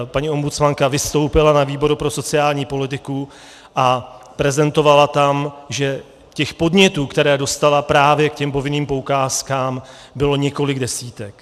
Paní ombudsmanka vystoupila na výboru pro sociální politiku a prezentovala tam, že těch podnětů, které dostala právě k těm povinným poukázkám, bylo několik desítek.